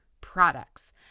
products